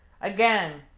again